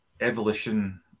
evolution